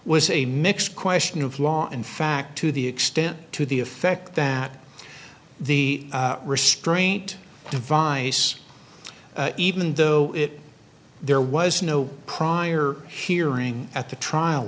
was a mix question of law and fact to the extent to the effect that the restraint device even though it there was no prior hearing at the trial